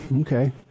Okay